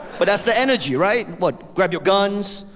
but that's the energy, right? what? grab your guns.